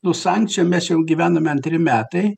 nu sankcijom mes jau gyvename antri metai